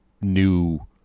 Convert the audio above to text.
new